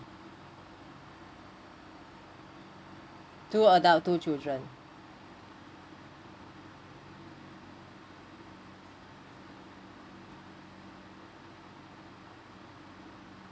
two adult two children